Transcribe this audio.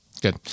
good